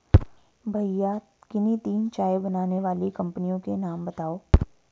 भैया किन्ही तीन चाय बनाने वाली कंपनियों के नाम बताओ?